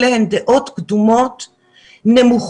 אלה הם דעות קדומות נמוכות,